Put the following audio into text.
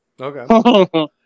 Okay